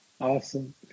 Awesome